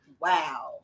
wow